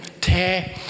tear